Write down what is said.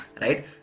Right